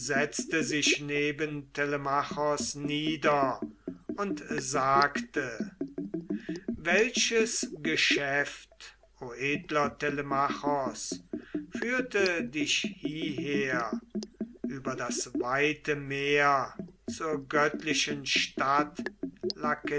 setzte sich neben telemachos nieder und sagte welches geschäft o edler telemachos führte dich hieher über das weite meer zur göttlichen stadt